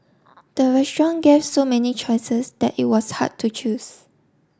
the restaurant gave so many choices that it was hard to choose